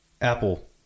Apple